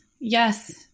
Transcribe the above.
yes